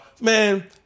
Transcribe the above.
Man